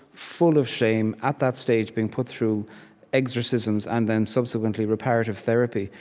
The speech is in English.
full of shame at that stage, being put through exorcisms and then, subsequently, reparative therapy,